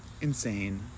Insane